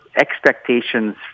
expectations